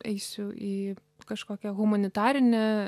eisiu į kažkokią humanitarinę